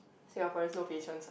Singaporeans no patience ah